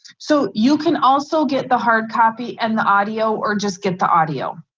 so you can also get the hardcopy and the audio or just get the audio.